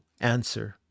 answer